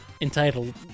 entitled